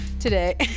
today